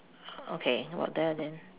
okay about there ah then